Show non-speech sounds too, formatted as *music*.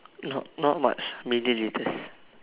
*noise* not not much milliliters